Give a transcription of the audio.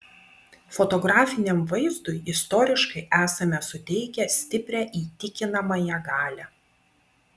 fotografiniam vaizdui istoriškai esame suteikę stiprią įtikinamąją galią